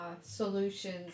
solutions